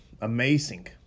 amazing